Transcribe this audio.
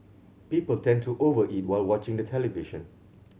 people tend to over eat while watching the television